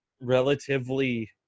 relatively